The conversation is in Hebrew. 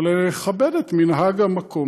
אבל לכבד את מנהג המקום.